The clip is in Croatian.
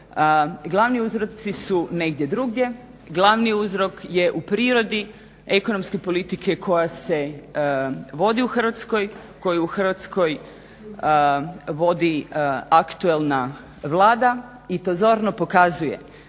Glavni uzroci su negdje drugdje, glavni uzrok je u prirodi ekonomske politike koja se vodi u Hrvatskoj, koju u Hrvatskoj vodi aktualna Vlada i to zorno pokazuje